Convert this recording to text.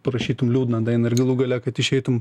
parašytum liūdną dainą ir galų gale kad išeitum